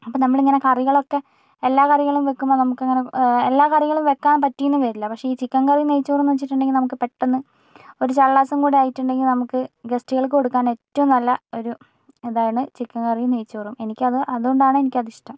അപ്പോൾ നമ്മൾ ഇങ്ങനെ കറികളൊക്കെ എല്ലാ കറികളും വയ്ക്കുമ്പം നമുക്ക് അങ്ങനെ എല്ലാ കറികളും വയ്ക്കാൻ പറ്റിയെന്നും വരില്ല പക്ഷേ ഈ ചിക്കൻ കറിയും നെയ്ച്ചോറും എന്ന് വച്ചിട്ടുണ്ടെങ്കിൽ നമുക്ക് പെട്ടന്ന് ഒരു ചള്ളാസും കൂടെ ആയിട്ടുണ്ടെങ്കിൽ നമുക്ക് ഗസ്റ്റുകൾക്ക് കൊടുക്കാൻ ഏറ്റവും നല്ല ഒരു ഇതാണ് ചിക്കൻ കറിയും നെയ്ച്ചോറും എനിക്ക് അത് അതുകൊണ്ട് ആണ് എനിക്ക് അതിഷ്ടം